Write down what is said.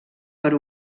per